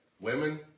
Women